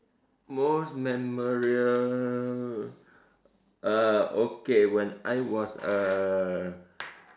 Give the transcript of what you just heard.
most memorable uh okay when I was err